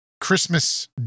Christmas